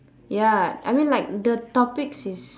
ya I mean like the topics is